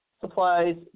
supplies